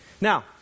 Now